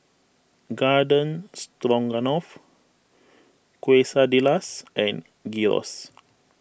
Garden Stroganoff Quesadillas and Gyros